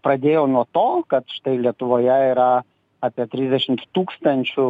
pradėjo nuo to kad štai lietuvoje yra apie trisdešimt tūkstančių